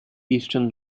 eastern